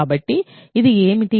కాబట్టి ఇది ఏమిటి